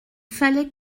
fallait